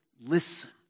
listen